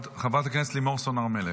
חברת הכנסת לימור סון הר מלך.